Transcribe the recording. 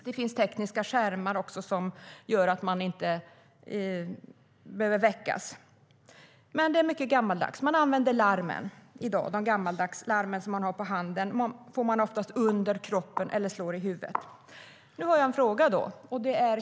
Det finns även tekniska skärmar som gör att man inte behöver väckas. Nu har jag en fråga.